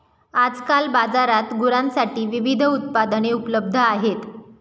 आजकाल बाजारात गुरांसाठी विविध उत्पादने उपलब्ध आहेत